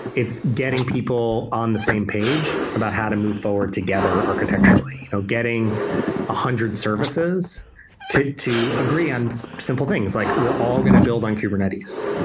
it's getting people on the same page about how to move forward together architecturally. you know getting a hundred services to to agree on simple things, like we're all going to build on kubernetes,